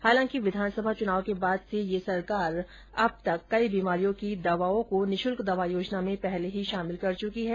हालांकि विधानसभा चुनाव के बाद से ये सरकार अब तक कई बीमारियों की दवाओं को निःशुल्क दवा योजना में पहले ही शामिल कर चुकी है